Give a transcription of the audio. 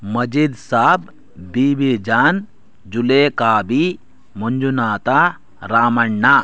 Majeed Saab Bibijan Zulekabi Manjunatha Ramanna